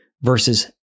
versus